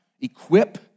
equip